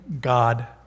God